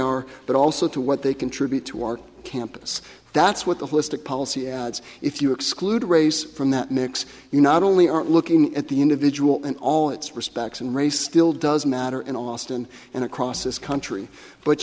are but also to what they contribute to our campus that's what the holistic policy ads if you exclude race from that mix you not only aren't looking at the individual and all its respects and race still does matter in austin and across this country